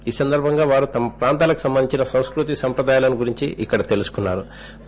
ఈ సందర్బంగా వారు తమతమ ప్రాంతాలకు సంబంధించిన సంస్కృతీ సంప్రదాయాలను గురించి తెలుసుకున్నా రు